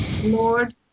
lord